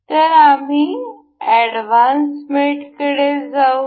तर आम्ही एडव्हान्स मेटकडे जाऊ